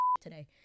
today